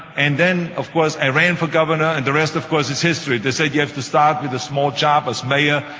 and then of course, i ran for governor, and the rest, of course, is history. they said you have to start with a small job as mayor.